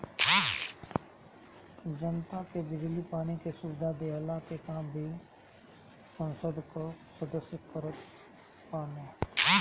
जनता के बिजली पानी के सुविधा देहला के काम भी संसद कअ सदस्य करत बाने